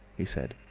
he said.